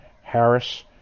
Harris